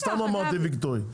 סתם אמרתי ויקטורי,